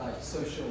social